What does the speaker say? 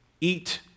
eat